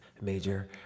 Major